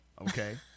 Okay